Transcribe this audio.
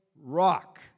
rock